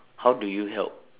how do you help